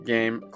Game